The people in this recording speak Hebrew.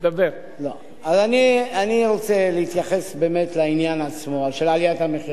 אז אני רוצה להתייחס באמת לעניין של עליית המחירים